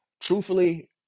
truthfully